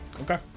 Okay